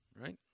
right